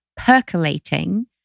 percolating